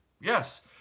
Yes